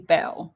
Bell